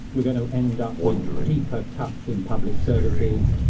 we're going to end up with deeper cuts in public services.